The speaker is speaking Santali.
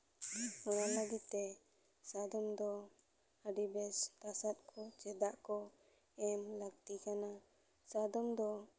ᱚᱱᱟ ᱞᱟᱹᱜᱤᱫ ᱛᱮ ᱥᱟᱫᱚᱢ ᱫᱚ ᱟᱹᱰᱤ ᱵᱮᱥ ᱛᱟᱥᱟᱫ ᱠᱚ ᱥᱮ ᱫᱟᱜ ᱠᱚ ᱮᱢ ᱞᱟᱹᱠᱛᱤ ᱠᱟᱱᱟ ᱥᱟᱫᱚᱢ ᱫᱚ